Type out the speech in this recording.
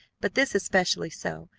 but this especially so,